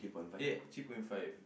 eh three point five